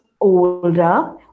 older